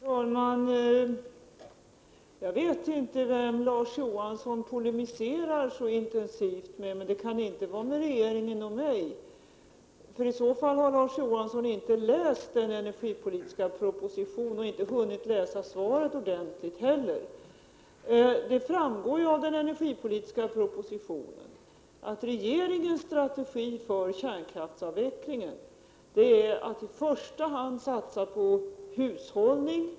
Prot. 1987/88:81 Herr talman! Jag vet inte vem Larz Johansson polemiserar så intensivt 3 mars 1988 mot. Det kan i alla fall inte vara med regeringen eller med mig, för i så fall har Omtillvaratagande av Larz Johansson inte läst den energipolitiska propositionen — och inte heller utbrända energisnåla hunnit läsa svaret ordentligt. x glödlampor Det framgår av den energipolitiska propositionen att regeringens strategi för kärnkraftsavvecklingen är att i första hand satsa på hushållning.